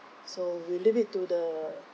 so we leave it to the